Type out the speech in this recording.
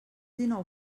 dinou